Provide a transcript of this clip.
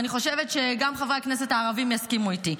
ואני חושבת שגם חברי הכנסת הערבים יסכימו איתי.